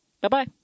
Bye-bye